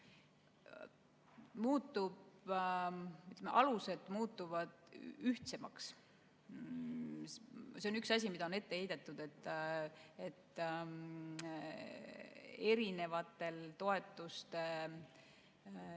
Aitäh! Alused muutuvad ühtsemaks. See on üks asi, mida on ette heidetud, et erinevatel toetuste